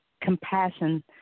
compassion